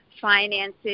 finances